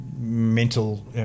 mental